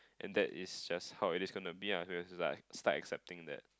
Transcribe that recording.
and that is just how it is gonna be uh so have to like start accepting that